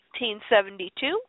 1972